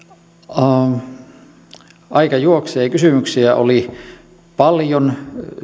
aika juoksee ja kysymyksiä oli paljon